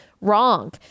Wrong